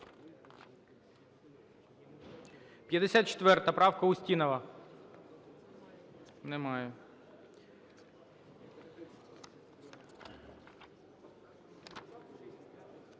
54-а правка, Устінова. Немає.